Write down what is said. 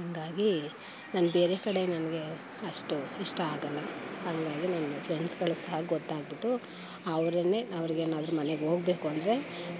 ಹಂಗಾಗಿ ನಾನು ಬೇರೆ ಕಡೆ ನನಗೆ ಅಷ್ಟು ಇಷ್ಟ ಆಗೋಲ್ಲ ಹಂಗಾಗಿ ನನಗೆ ಫ್ರೆಂಡ್ಸ್ಗಳಿಗೂ ಸಹ ಗೊತ್ತಾಗಿಬಿಟ್ಟು ಅವರನ್ನೇ ಅವರಿಗೆ ಏನಾದ್ರೂ ಮನೆಗೆ ಹೋಗಬೇಕು ಅಂದರೆ